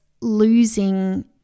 losing